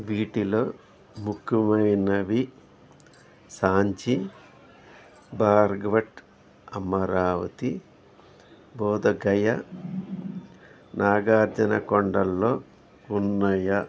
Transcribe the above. వీటిలో ముఖ్యమైనవి సాంచి భార్గ్వట్ అమరావతి బోధగయ నాగార్జునకొండల్లో ఉన్నాయా